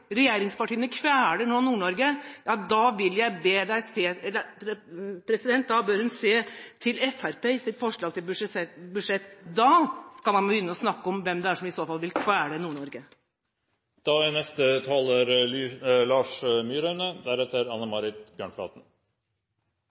Ja, da bør representanten se til Fremskrittspartiet i deres forslag til budsjett. Da kan man begynne å snakke om hvem det i så fall er som vil kvele